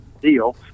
deal